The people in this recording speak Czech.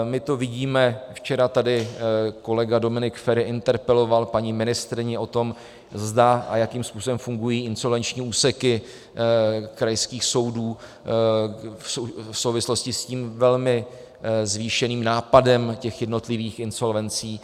My to vidíme, včera tady kolega Dominik Feri interpeloval paní ministryni o tom, zda a jakým způsobem fungují insolvenční úseky krajských soudů v souvislosti s tím velmi zvýšeným nápadem jednotlivých insolvencí.